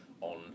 on